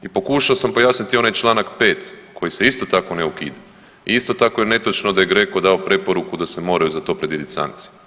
I pokušao sam pojasniti onaj čl. 5 koji se isto tako ne ukida i isto tako je netočno da je GRECO dao preporuku da se moraju za to predvidjet sankcije.